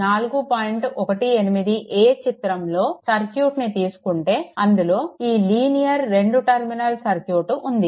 18 a చిత్రంలోని circuit ని తీసుకుంటే అందులో ఒక లీనియర్ 2 టర్మినల్ సర్క్యూట్ ఉంది